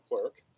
clerk